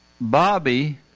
bobby